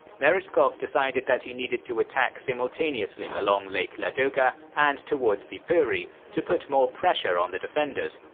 meretskov decided that he needed to attack simultaneously along lake ladoga and towards viipuri to put more pressure on the defenders,